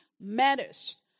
matters